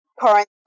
current